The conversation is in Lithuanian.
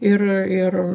ir ir